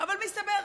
אבל מסתבר,